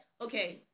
okay